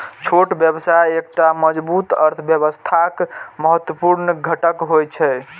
छोट व्यवसाय एकटा मजबूत अर्थव्यवस्थाक महत्वपूर्ण घटक होइ छै